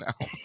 now